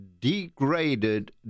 degraded